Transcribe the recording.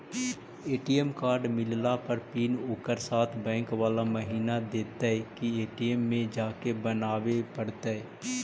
ATM card मिलला पर PIN ओकरे साथे बैक बाला महिना देतै कि ए.टी.एम में जाके बना बे पड़तै?